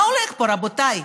מה הולך פה, רבותיי?